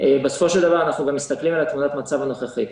בסופו של דבר אנחנו גם מסתכלים על תמונת המצב הנוכחית.